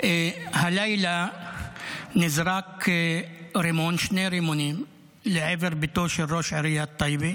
הלילה נזרקו שני רימונים לעבר ביתו של ראש עיריית טייבה